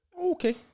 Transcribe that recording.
Okay